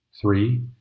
Three